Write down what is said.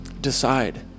decide